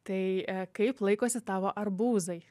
tai kaip laikosi tavo arbūzai